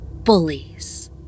Bullies